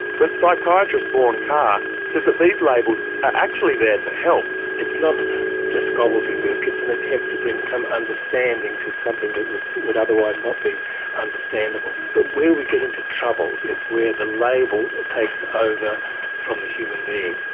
but psychiatrist vaughan carr says that these labels are actually there to help. it's not just gobbledygook it's an attempt to bring some understanding to something that would would otherwise not be understandable. but where we get into trouble is where the label takes over from the human being.